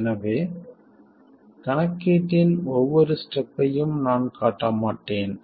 எனவே கணக்கீட்டின் ஒவ்வொரு ஸ்டெப் ஐயும் நான் காட்டமாட்டேன்